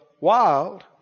wild